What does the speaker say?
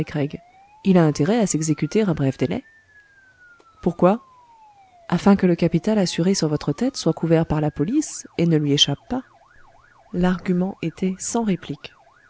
il a intérêt à s'exécuter à bref délai pourquoi afin que le capital assuré sur votre tête soit couvert par la police et ne lui échappe pas l'argument était sans réplique